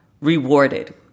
rewarded